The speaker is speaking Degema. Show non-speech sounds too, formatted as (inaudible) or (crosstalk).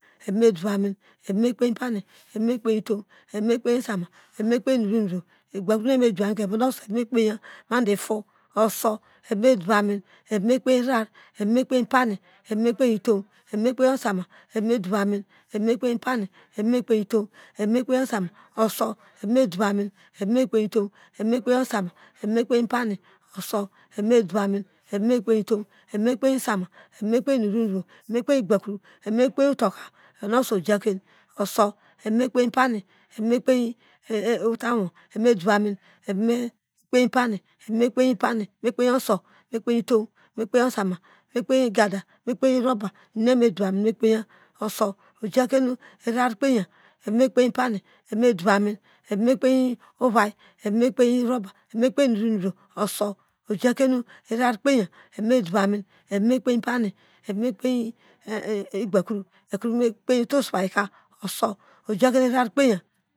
Evamedou amin, avame ikpei pani, eva me kpei samu eva me kpei inuvro inuvro egbakro nu eva me dou amika evon urso eva mikper ya madu ifor, urso eva medov amin eva me kpei ivara, eva mekpei pani eva mekpei itow, eva me kpei osama, ava medov amin eva mekpei itow, eva mekpei inuuro inovro eva mekpei igbakro, eva mekpei pani iyor inum nu osur ojaken eva me kpe (hesitation) otany owo eva medove amin eva mekpei pani urso ojakenu irara kpeyam eva mekpei pani evame dov amin eva mekpei ovai eva mekpei rubber eva mekper inuvro inuvro urso ojake nu irara eva medou amin eva mekpei pani evamekpei (hesitation) igbakro ekro vamekpei utosuvuika urso ojuke ivara kpeiyam